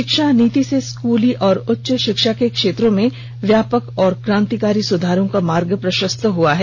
शिक्षा नीति से स्कूली और उच्च शिक्षा के क्षेत्रों में व्यापक और क्रांतिकारी सुधारों का मार्ग प्रशस्त हुआ है